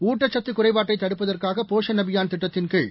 ஊட்டக்கத்து குறைபாட்டை தடுப்பதற்காக போஷன் அபியாள் திட்டத்தின்கீழ்